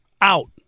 out